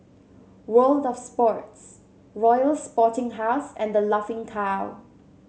World Of Sports Royal Sporting House and The Laughing Cow